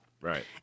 right